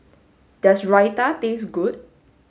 does Raita taste good